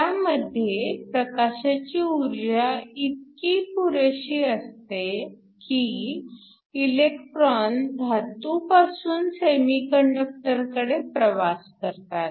त्यामध्ये प्रकाशाची ऊर्जा इतकी पुरेशी असते की इलेक्ट्रॉन धातूपासून सेमीकंडक्टर कडे प्रवास करतात